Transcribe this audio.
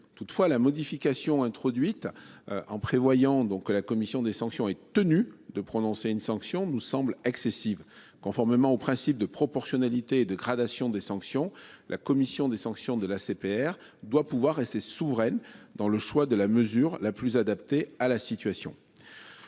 toutefois la modification introduite. En prévoyant donc que la commission des sanctions est tenu de prononcer une sanction nous semble excessive. Conformément au principe de proportionnalité et de gradation des sanctions. La commission des sanctions de la CPR doit pouvoir rester souveraine dans le choix de la mesure la plus adaptée à la situation.